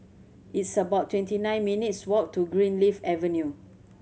it's about twenty nine minutes' walk to Greenleaf Avenue